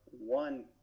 one